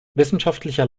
wissenschaftlicher